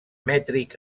mètric